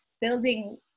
building